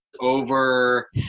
over